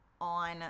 on